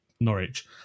Norwich